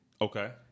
Okay